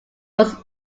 was